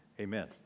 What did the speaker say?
Amen